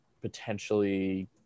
potentially